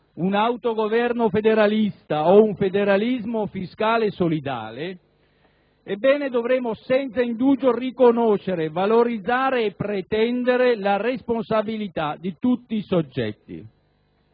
un autogoverno federalista o un federalismo fiscale solidale, dovremo senza indugio riconoscere, valorizzare e pretendere la responsabilità di tutti i soggetti.